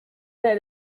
that